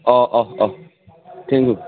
O uh uh thank you